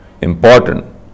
important